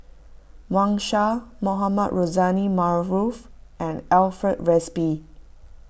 Wang Sha Mohamed Rozani Maarof and Alfred Frisby